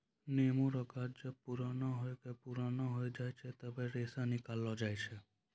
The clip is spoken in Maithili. नेमो रो गाछ जब पुराणा होय करि के पुराना हो जाय छै तबै रेशा निकालो जाय छै